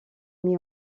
mis